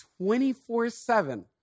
24-7